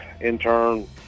intern